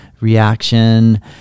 reaction